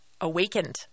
awakened